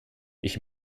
ich